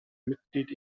mitglied